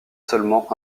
seulement